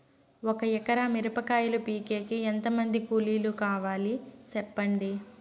ఒక ఎకరా మిరప కాయలు పీకేకి ఎంత మంది కూలీలు కావాలి? సెప్పండి?